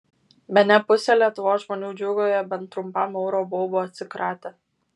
bene pusė lietuvos žmonių džiūgauja bent trumpam euro baubo atsikratę